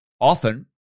often